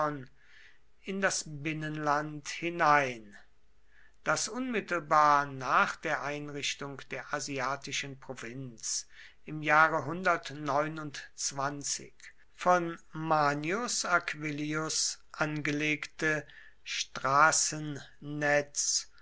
in das binnenland hinein das unmittelbar nach der einrichtung der asiatischen provinz im jahre von manius aquillius angelegte straßennetz